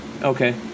okay